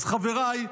אז חבריי,